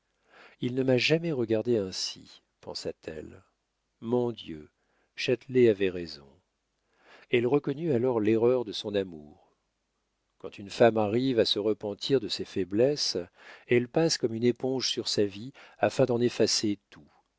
il ne m'a jamais regardée ainsi pensa-t-elle mon dieu châtelet avait raison elle reconnut alors l'erreur de son amour quand une femme arrive à se repentir de ses faiblesses elle passe comme une éponge sur sa vie afin d'en effacer tout